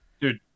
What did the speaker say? dude